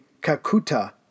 Kakuta